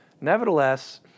Nevertheless